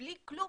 ובלי כלום.